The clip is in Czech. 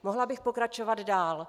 Mohla bych pokračovat dál.